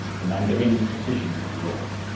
the mandarin's decision was law.